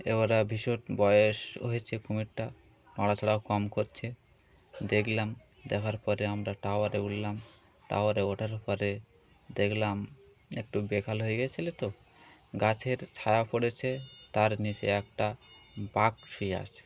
এররা ভীষণ বয়েস হয়েছে কুমিরটা নড়াছড়াও কম করছে দেলাম দেখার পরে আমরা টাওয়ারে উঠলাম টাওয়ারে ওঠার পরে দেখলাম একটু বেকাল হয়ে গেছিলোতো গাছের ছায়া পড়েছে তার নিচে একটা শুয়ে আছে